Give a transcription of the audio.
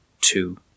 two